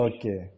Okay